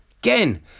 Again